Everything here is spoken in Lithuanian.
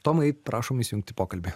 tomai prašom įsijungt į pokalbį